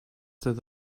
that